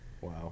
Wow